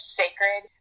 sacred